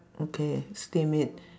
okay steam it